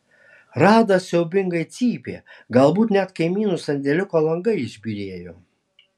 rada siaubingai cypė galbūt net kaimynų sandėliuko langai išbyrėjo